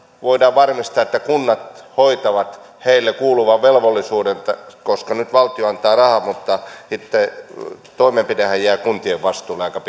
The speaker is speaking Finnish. voidaan varmistaa että kunnat hoitavat heille kuuluvan velvollisuuden nyt valtio antaa rahat mutta itse toimenpidehän jää kuntien vastuulle aika